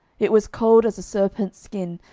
it was cold as a serpent's skin,